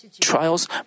trials